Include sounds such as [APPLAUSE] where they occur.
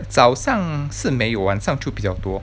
[NOISE] 早上是没有晚上就比较多